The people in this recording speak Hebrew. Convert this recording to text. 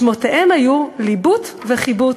שמותיהם היו ליבוט וחיבוט.